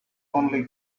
only